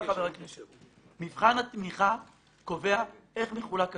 מבחן התמיכה קובע איך מחולק הכסף,